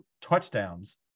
touchdowns